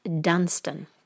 Dunstan